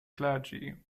clergy